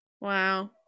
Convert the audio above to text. Wow